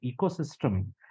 ecosystem